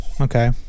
Okay